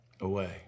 away